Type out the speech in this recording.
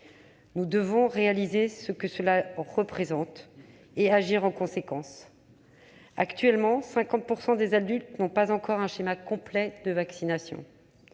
Nous devons réaliser ce que cela représente et agir en conséquence. Actuellement, 50 % des adultes ne disposent pas encore d'un schéma complet de vaccination.